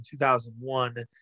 2001